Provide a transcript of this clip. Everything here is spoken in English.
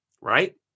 right